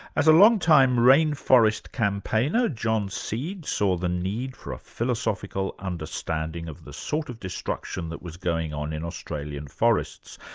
as a long-time rainforest campaigner, john seed saw the need for a philosophical understanding of the sort of destruction that was going on in australian forests,